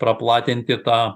praplatinti tą